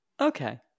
okay